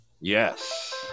Yes